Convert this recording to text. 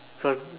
cause